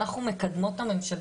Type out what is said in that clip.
אנחנו מקדמות את הממשלתית,